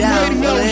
Radio